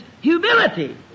humility